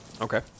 Okay